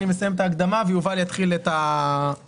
אני אסיים את ההקדמה ויובל יתחיל את המצגת.